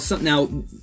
now